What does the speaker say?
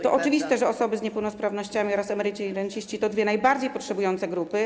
To oczywiste, że osoby z niepełnosprawnościami oraz emeryci i renciści to dwie najbardziej potrzebujące grupy.